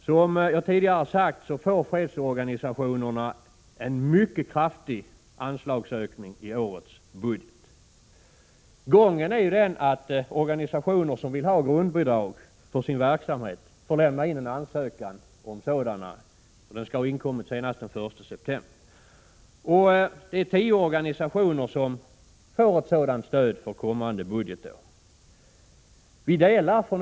Som jag tidigare har sagt får fredsorganisationerna en mycket kraftig anslagsökning i årets budget. Gången är den att organisationer som vill ha grundbidrag för sin verksamhet skall lämna in ansökan härom senast den 1 september. Tio organisationer föreslås få sådant stöd för kommande budgetår.